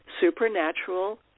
supernatural